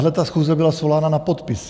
Tahle schůze byla svolána na podpisy.